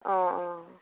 অঁ অঁ